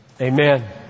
Amen